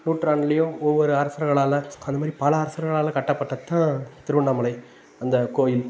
நூற்றாண்டுலேயும் ஒவ்வொரு அரசர்களால் அந்த மாதிரி பல அரசர்களால் கட்டப்பட்டதான் திருவண்ணாமலை அந்த கோயில்